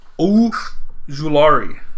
Ojulari